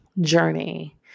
journey